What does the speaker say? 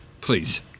please